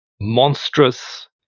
monstrous